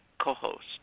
co-host